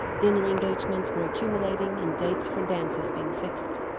dinner-engagements were accumulating, and dates for dances being fixed.